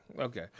Okay